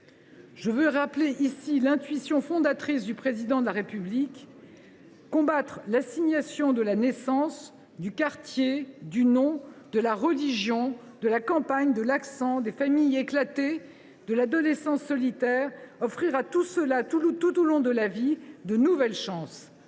Je veux rappeler ici l’intuition fondatrice du Président de la République : combattre l’assignation de la naissance, du quartier, du nom, de la religion, de la campagne, de l’accent, des familles éclatées, de l’adolescence solitaire. Il s’agit d’offrir, tout au long de la vie, de nouvelles chances